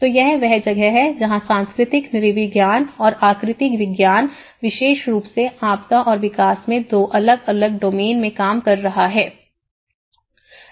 तो यह वह जगह है जहाँ सांस्कृतिक नृविज्ञान और आकृति विज्ञान विशेष रूप से आपदा और विकास में दो अलग अलग डोमेन में काम कर रहा है